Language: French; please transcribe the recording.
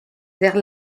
vers